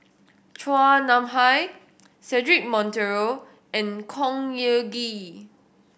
Chua Nam Hai Cedric Monteiro and Khor Ean Ghee